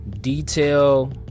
detail